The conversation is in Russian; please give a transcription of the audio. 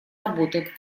работы